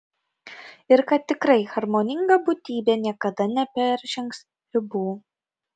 ir kad tikrai harmoninga būtybė niekada neperžengs ribų